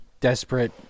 desperate